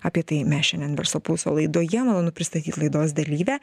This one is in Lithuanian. apie tai mes šiandien verslo pulso laidoje malonu pristatyt laidos dalyvę